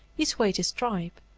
he swayed his tribe.